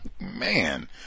man